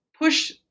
push